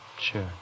Sure